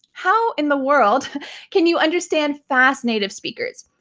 how in the world can you understand fast native speakers?